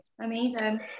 amazing